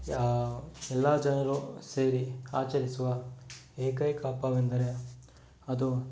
ಯಾ ಎಲ್ಲ ಜನರು ಸೇರಿ ಆಚರಿಸುವ ಏಕೈಕ ಹಬ್ಬವೆಂದರೆ ಅದು